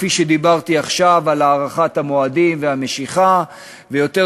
כפי שדיברתי עכשיו על הארכת המועדים והמשיכה ויותר